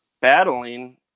battling